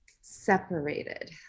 separated